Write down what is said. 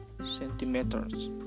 centimeters